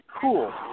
cool